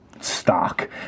Stock